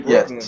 Yes